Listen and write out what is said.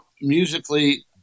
musically